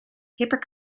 paper